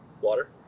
water